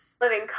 Living